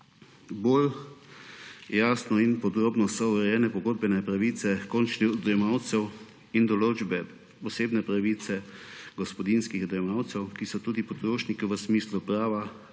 Bolj jasno in podrobno so urejene pogodbene pravice končnih odjemalcev in posebne pravice gospodinjskih odjemalcev, ki so tudi potrošniki, v smislu prava